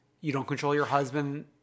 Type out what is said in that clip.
you-don't-control-your-husband